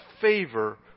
favor